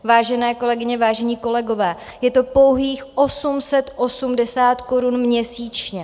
Vážené kolegyně, vážení kolegové, je to pouhých 880 korun měsíčně.